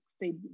say